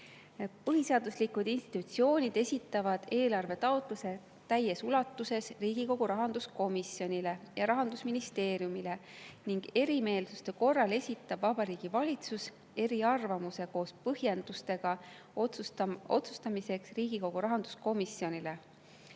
Põhiseaduslikud institutsioonid esitavad eelarvetaotluse täies ulatuses Riigikogu rahanduskomisjonile ja Rahandusministeeriumile ning erimeelsuste korral esitab Vabariigi Valitsus eriarvamuse koos põhjendustega otsustamiseks Riigikogu rahanduskomisjonile.